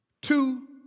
two